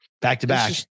back-to-back